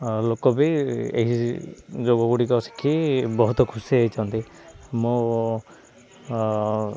ଲୋକ ବି ଏହି ଯୋଗଗୁଡ଼ିକ ଶିଖି ବହୁତ ଖୁସି ହୋଇଛନ୍ତି ମୋ